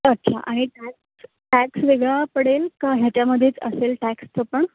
अच्छा आणि tax tax वेगळा पडेल का ह्याच्यामध्येच असेल टॅक्सचं पण